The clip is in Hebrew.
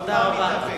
תודה רבה.